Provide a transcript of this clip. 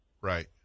right